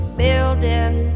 building